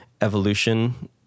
evolution